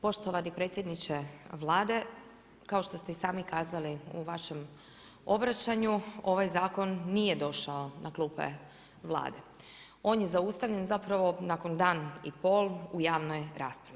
Poštovani predsjedniče Vlade, kao što ste i sami kazali u vašem obraćanju, ovaj zakon nije došao na klupe Vlade, on je zaustavljen zapravo nakon dan i pol u javnoj raspravi.